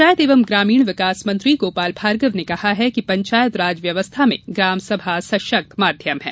पंचायत एवं ग्रामीण विकास मंत्री गोपाल भार्गव ने कहा है कि पंचायत राज व्यवस्था में ग्राम सभा सशक्त माध्यम है